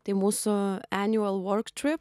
tai mūsų anual vork trip